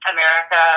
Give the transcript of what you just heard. America